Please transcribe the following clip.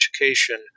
education